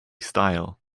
style